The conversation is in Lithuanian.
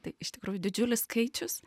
tai iš tikrųjų didžiulis skaičius